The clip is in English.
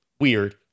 Weird